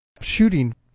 shooting